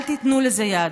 אל תיתנו לזה יד.